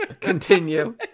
Continue